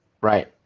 right